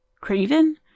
Craven